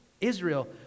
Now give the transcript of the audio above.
Israel